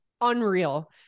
unreal